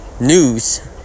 news